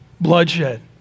bloodshed